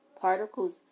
Particles